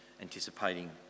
anticipating